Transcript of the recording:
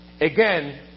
Again